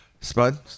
Spud